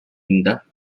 indah